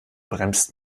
bremst